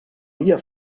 via